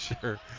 sure